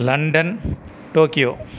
London Tokyo